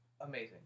amazing